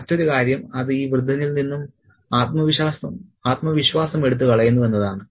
മറ്റൊരു കാര്യം അത് ഈ വൃദ്ധനിൽ നിന്നും ആത്മവിശ്വാസം എടുത്ത് കളയുന്നു എന്നതാണ്